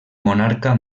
monarca